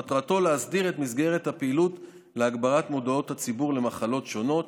מטרתו להסדיר את מסגרת הפעילות להגברת מודעות הציבור למחלות שונות,